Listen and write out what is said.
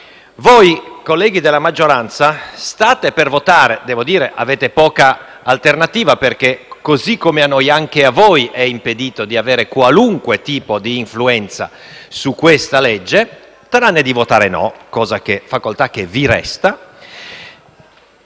voi colleghi della maggioranza state per votare (devo dire che avete poca alternativa, perché, così come a noi, anche a voi è impedito di avere qualunque tipo di influenza su questo disegno di legge, tranne di votare no, facoltà che vi resta)